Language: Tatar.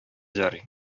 ярый